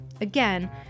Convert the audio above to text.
Again